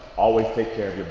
always take care of